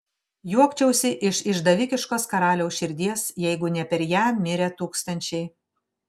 juokčiausi iš išdavikiškos karaliaus širdies jeigu ne per ją mirę tūkstančiai